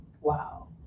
Wow